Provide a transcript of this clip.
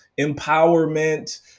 empowerment